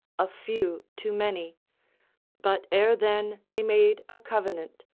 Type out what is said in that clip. a few to many but ere then they made a covenant,